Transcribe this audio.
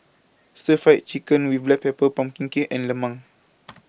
Stir Fry Chicken with Black Pepper Pumpkin Cake and Lemang